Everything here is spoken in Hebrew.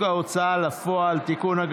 הצעת חוק ההוצאה לפועל (תיקון,